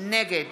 נגד